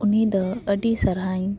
ᱩᱱᱤᱫᱚ ᱟᱹᱰᱤ ᱥᱟᱨᱦᱟᱣᱤᱧ